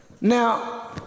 Now